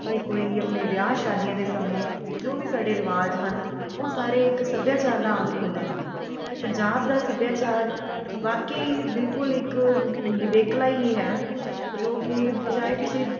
ਅਸੀਂ ਕੋਈ ਆਪਣੇ ਵਿਆਹ ਸ਼ਾਦੀਆਂ ਦੇ ਸਮੇਂ ਜੋ ਵੀ ਸਾਡੇ ਰਿਵਾਜ਼ ਹਨ ਉਹ ਸਾਰੇ ਇੱਕ ਸੱਭਿਆਚਾਰ ਦਾ ਅੰਗ ਹੁੰਦੇ ਹਨ ਅਤੇ ਪੰਜਾਬ ਦਾ ਸੱਭਿਆਚਾਰ ਵਾਕਈ ਹੀ ਬਿਲਕੁਲ ਇੱਕ ਨਿਵੇਕਲਾ ਹੀ ਹੈ ਜੋ ਕਿ ਚਾਹੇ ਤੁਸੀਂ